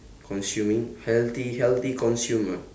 consuming healthy healthy consumer